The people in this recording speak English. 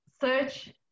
search